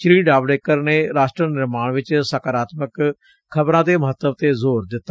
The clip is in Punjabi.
ਸ੍ਰੀ ਜਾਵਡੇਕਰ ਨੇ ਰਾਸ਼ਟਰ ਨਿਰਮਾਣ ਵਿਚ ਸਕਰਾਤਮਕ ਖ਼ਬਰਾਂ ਦੇ ਮਹੱਤਵ ਤੇ ਜ਼ੋਰ ਦਿੱਤਾ